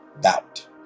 Doubt